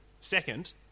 second